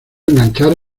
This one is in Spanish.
enganchar